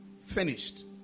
finished